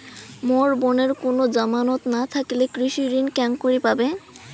মোর বোনের কুনো জামানত না থাকিলে কৃষি ঋণ কেঙকরি পাবে?